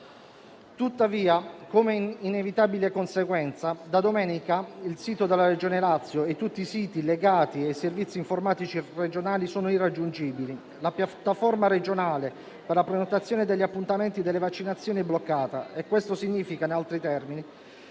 Tuttavia, come inevitabile conseguenza, da domenica il sito della Regione Lazio e tutti i siti legati ai servizi informatici regionali sono irraggiungibili. La piattaforma regionale per la prenotazione degli appuntamenti delle vaccinazioni è bloccata; questo significa, in altri termini,